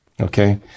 okay